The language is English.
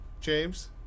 James